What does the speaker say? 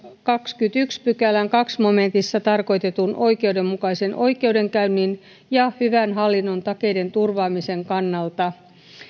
kahdennenkymmenennenensimmäisen pykälän toisessa momentissa tarkoitetun oikeudenmukaisen oikeudenkäynnin ja hyvän hallinnon takeiden turvaamisen kannalta